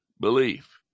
belief